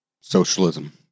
socialism